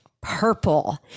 purple